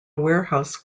warehouse